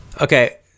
Okay